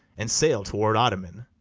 and sail toward ottoman.